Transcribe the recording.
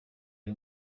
ari